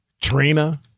Trina